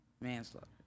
manslaughter